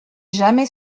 jamais